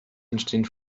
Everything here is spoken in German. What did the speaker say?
entstehen